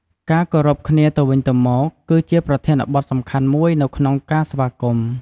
ការគោរពគ្នាទៅវិញទៅមក គឺជាប្រធានបទសំខាន់មួយនៅក្នុងការស្វាគមន៍។